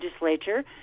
legislature